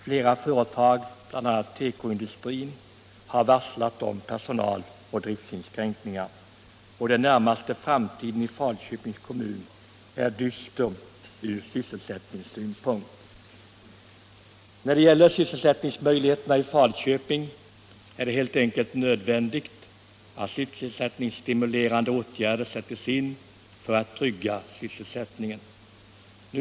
Flera företag, bl.a. inom tekoindustrin, har varslat om personaloch driftinskränkningar. Den närmaste framtiden i Falköpings kommun är dyster ur sysselsättningssynpunkt. Det är helt enkelt nödvändigt att sysselsättningsstimulerande åtgärder sätts in för att trygga syssélsättningen i Falköping.